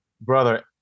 brother